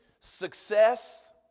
success